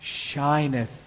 shineth